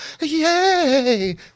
Yay